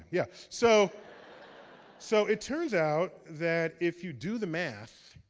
yeah, so so it turns out that, if you do the math,